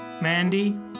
Mandy